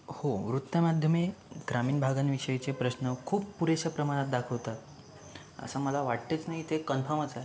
हो वृत्तमाध्यमे ग्रामीण भागांविषयीचे प्रश्न खूप पुरेशा प्रमाणात दाखवतात असं मला वाटत नाही ते कन्फर्मच आहे